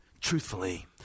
truthfully